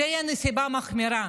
זאת תהיה נסיבה מחמירה,